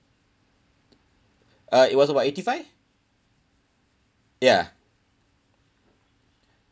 uh it was about eighty five ya